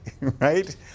right